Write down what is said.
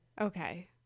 Okay